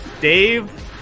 dave